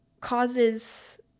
causes